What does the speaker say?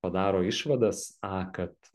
padaro išvadas a kad